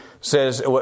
says